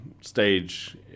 stage